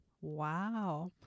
Wow